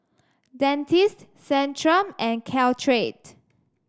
Dentiste Centrum and Caltrate